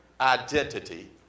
identity